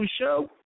Show